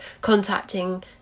contacting